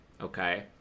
okay